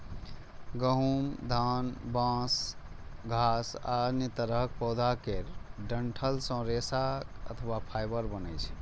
गहूम, धान, बांस, घास आ अन्य तरहक पौधा केर डंठल सं रेशा अथवा फाइबर बनै छै